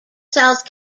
south